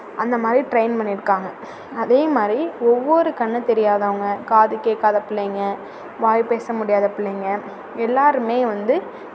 அந்த மாதிரி ட்ரெய்ன் பண்ணியிருக்காங்க அதே மாதிரி ஒவ்வொரு கண் தெரியாதவங்க காது கேட்காத பிள்ளைங்க வாய் பேச முடியாத பிள்ளைங்க எல்லோருமே வந்து